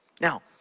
Now